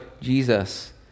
Jesus